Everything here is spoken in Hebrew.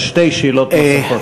יש שתי שאלות נוספות.